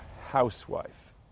housewife